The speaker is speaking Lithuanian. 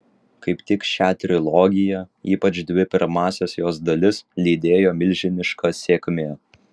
kaip tik šią trilogiją ypač dvi pirmąsias jos dalis lydėjo milžiniška sėkmė